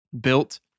built